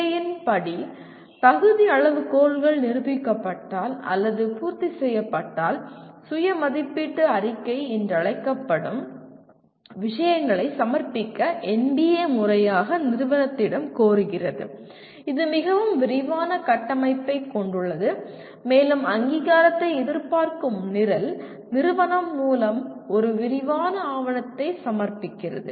NBA இன் படி தகுதி அளவுகோல்கள் நிரூபிக்கப்பட்டால் அல்லது பூர்த்தி செய்யப்பட்டால் சுய மதிப்பீட்டு அறிக்கை என்று அழைக்கப்படும் விஷயங்களை சமர்ப்பிக்க NBA முறையாக நிறுவனத்திடம் கோருகிறது இது மிகவும் விரிவான கட்டமைப்பைக் கொண்டுள்ளது மேலும் அங்கீகாரத்தை எதிர்பார்க்கும் நிரல் நிறுவனம் மூலம் ஒரு விரிவான ஆவணத்தை சமர்ப்பிக்கிறது